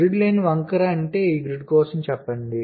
grid line వంకర అంటే ఈ గ్రిడ్ కోసం చెప్పండి